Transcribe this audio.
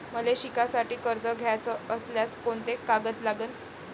मले शिकासाठी कर्ज घ्याचं असल्यास कोंते कागद लागन?